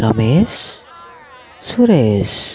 Ramesh Suresh